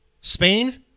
Spain